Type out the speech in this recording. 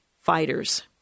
fighters